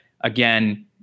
again